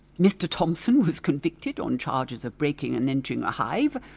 mister thompson was convicted on charges of breaking and entering a hive,